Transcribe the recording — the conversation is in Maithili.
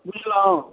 बुझलहुँ